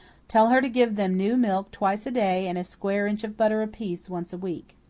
tell her to give them new milk twice a day and a square inch of butter apiece once a week.